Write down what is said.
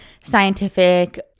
scientific